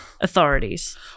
authorities